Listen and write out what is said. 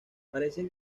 parecen